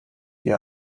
ihr